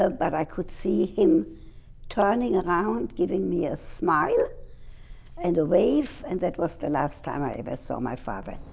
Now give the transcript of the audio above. ah but i could see him turning around giving me a smile and a wave and that was the last time i ever saw my father.